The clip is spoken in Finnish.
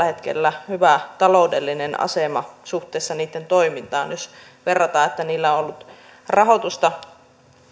hetkellä hyvä taloudellinen asema suhteessa niitten toimintaan jos verrataan että niillä on ollut rahoitusta